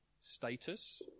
Status